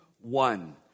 one